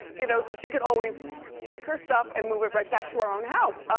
you know so she could always take her stuff and move it right back to her own house. ah